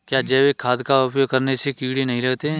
क्या जैविक खाद का उपयोग करने से कीड़े नहीं लगते हैं?